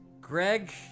Greg